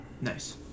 Nice